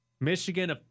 Michigan